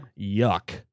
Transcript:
Yuck